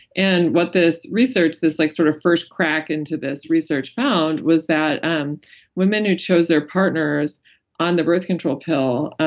and what this research, this like sort of first crack into this research found was that um women who chose their partners on the birth control pill, ah